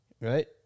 right